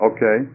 Okay